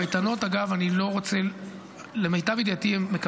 קייטנות, אגב, הם מקבלים, למיטב ידיעתי.